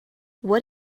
what